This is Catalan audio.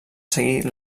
seguir